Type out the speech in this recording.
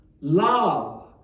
Love